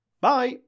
Bye